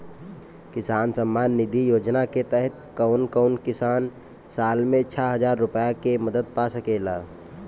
किसान सम्मान निधि योजना के तहत कउन कउन किसान साल में छह हजार रूपया के मदद पा सकेला?